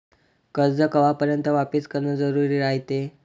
कर्ज कवापर्यंत वापिस करन जरुरी रायते?